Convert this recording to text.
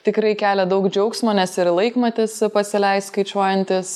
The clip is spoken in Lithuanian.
tikrai kelia daug džiaugsmo nes ir laikmatis pasileis skaičiuojantis